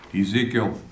Ezekiel